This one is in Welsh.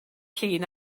llun